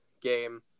game